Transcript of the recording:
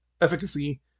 efficacy